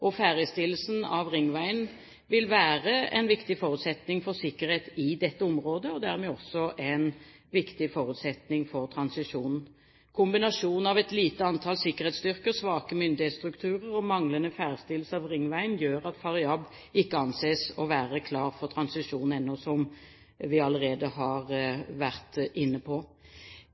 av ringveien vil være en viktig forutsetning for sikkerhet i dette området og dermed også en viktig forutsetning for transisjonen. Kombinasjonen av et lite antall sikkerhetsstyrker, svake myndighetsstrukturer og manglende ferdigstillelse av ringveien gjør, som vi allerede har vært inne på, at Faryab ikke anses å være klar for transisjon ennå. Vi har